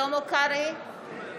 שלמה קרעי,